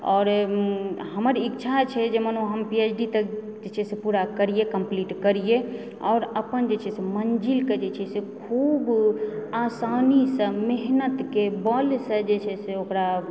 आओर हमर ईच्छा छै जे मानु हम पी एच डी तक जे छै से पूरा करियै कम्पलीट करियै और अपन जे छै से मञ्जिलके जे छै से खुब आसानीसँ मेहनतके बलसँ जे छै से ओकरा